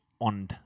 on